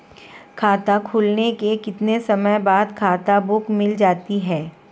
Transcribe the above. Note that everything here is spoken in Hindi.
खाता खुलने के कितने समय बाद खाता बुक मिल जाती है?